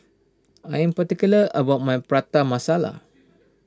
I am particular about my Prata Masala